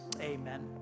Amen